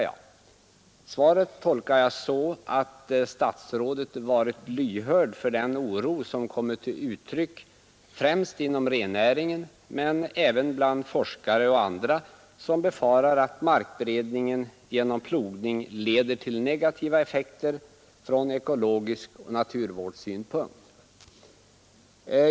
Jag tolkar svaret så att herr statsrådet varit lyhörd för den oro som kommer till uttryck främst inom rennäringen men även bland forskare och andra, som befarar att markberedning genom plogning får negativa effekter från ekologisk och naturvårdande synpunkt.